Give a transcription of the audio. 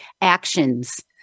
actions